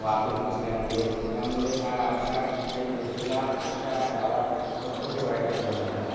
वाहतूक नसल्यामुळे यामुळे ह्या अशा काही गोष्टीचा आमच्या ह्या गावात भरपूर काही वाईट परिणाम झालेला आहे